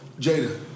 Jada